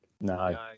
No